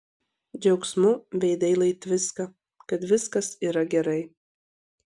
džiaugsmu veidai lai tviska kad viskas yra gerai